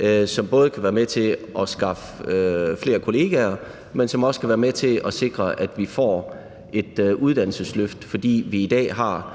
Det kan både være med til at skaffe flere kolleger, men det kan også være med til at sikre, at vi får et uddannelsesløft. Vi har i dag i